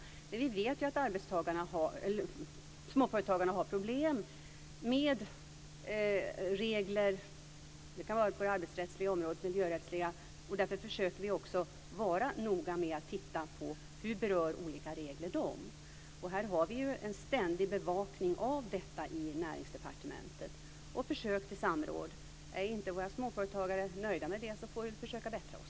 Men vi vet ju att småföretagarna har problem med regler. Det kan vara på det arbetsrättsliga eller miljörättsliga området. Därför försöker vi också vara noga med att titta på hur olika regler berör dem. Vi har en ständig bevakning av detta i Näringsdepartementet. Det finns också försök till samråd. Om våra småföretagare inte är nöjda med detta får vi försöka bättra oss.